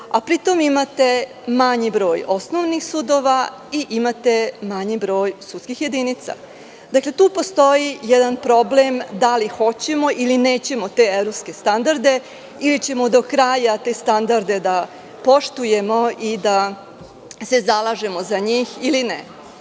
a pri tom imate manji broj osnovnih sudova i imate manji broj sudskih jedinica. Tu postoji jedan problem, da li hoćemo ili nećemo te evropske standarde ili ćemo do kraja te standarde da poštujemo i da se zalažemo za njih, ili